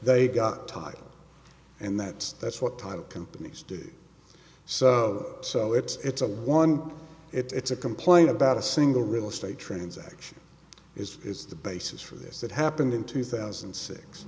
they got title and that's that's what title companies do so so it's a one it's a complaint about a single real estate transaction is is the basis for this that happened in two thousand and six